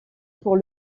pour